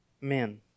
men